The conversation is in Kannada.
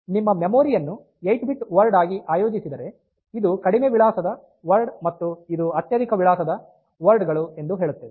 ಆದ್ದರಿಂದ ನಿಮ್ಮ ಮೆಮೊರಿ ಯನ್ನು 8 ಬಿಟ್ ವರ್ಡ್ ಆಗಿ ಆಯೋಜಿಸಿದರೆ ಇದು ಕಡಿಮೆ ವಿಳಾಸದ ವರ್ಡ್ ಮತ್ತು ಇದು ಅತ್ಯಧಿಕ ವಿಳಾಸದ ವರ್ಡ್ ಗಳು ಎಂದು ಹೇಳುತ್ತೇವೆ